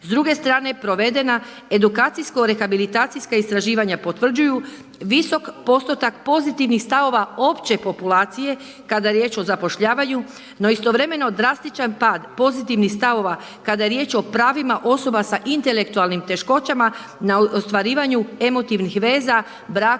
S druge strane provedena edukacijsko, rehabilitacijska istraživanja potvrđuju visok postotak pozitivnih stavova opće populacije kada je riječ o zapošljavanju no istovremeno drastičan pad pozitivnih stavova kada je riječ o pravima osoba sa intelektualnim teškoćama na ostvarivanju emotivnih veza, braka